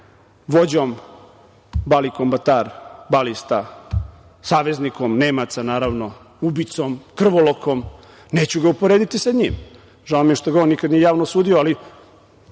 vođom Bali Kombetara, Balista, saveznikom Nemaca, naravno ubicom, krvolokom, neću ga uporediti sa njim. Žao mi je što ga on nikad nije javno osudio, ali,